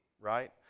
right